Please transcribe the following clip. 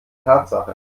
tatsache